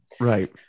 right